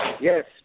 Yes